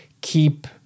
keep